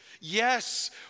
Yes